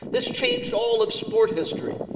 this changed all of sport history.